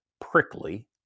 prickly